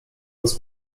raz